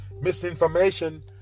misinformation